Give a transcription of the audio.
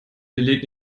beleg